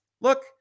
look